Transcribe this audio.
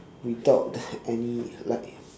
without any like